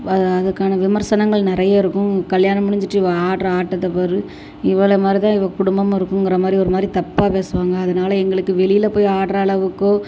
வா அதுக்கான விமர்சனங்கள் நிறையா இருக்கும் கல்யாணம் முடிஞ்சிட்டு இவள் ஆடுற ஆட்டத்தை பாரு இவளை மாதிரி தான் இவள் குடும்பமும் இருக்குங்கிற மாதிரி ஒரு மாதிரி தப்பா பேசுவாங்க அதனால் எங்களுக்கு வெளியில் போயி ஆடுற அளவுக்கோ